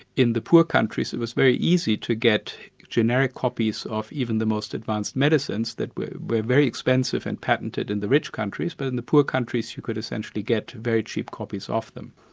in the poor countries, it was very easy to get generic copies of even the most advanced medicines that were were very expensive and patented in the rich countries, but in the poor countries you could essentially get very cheap copies of them.